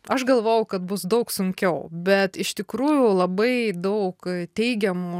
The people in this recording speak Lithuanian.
aš galvojau kad bus daug sunkiau bet iš tikrųjų labai daug teigiamų